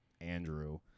Andrew